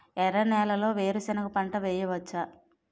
ఎర్ర నేలలో వేరుసెనగ పంట వెయ్యవచ్చా?